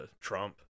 Trump